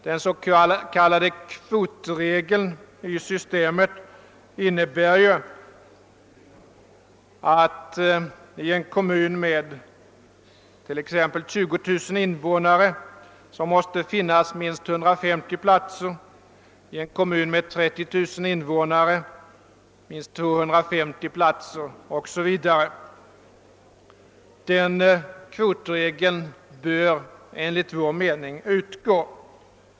Den s.k. kvotregeln i systemet innebär att det i en kommun med 20 000 invånare måste finnas minst 150 platser, i en kommun med 30 000 invånare minst 250 platser, o.s.v. Den kvotregeln bör enligt vår mening utgå.